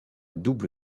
double